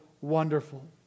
wonderful